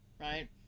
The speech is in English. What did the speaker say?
right